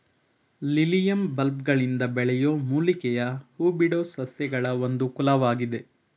lilium ಬಲ್ಬ್ಗಳಿಂದ ಬೆಳೆಯೋ ಮೂಲಿಕೆಯ ಹೂಬಿಡೋ ಸಸ್ಯಗಳ ಒಂದು ಕುಲವಾಗಿದೆ